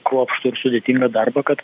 kruopštų ir sudėtingą darbą kad